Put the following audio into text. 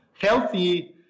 healthy